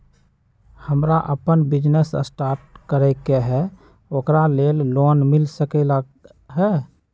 हमरा अपन business start करे के है ओकरा लेल लोन मिल सकलक ह?